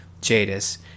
Jadis